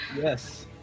Yes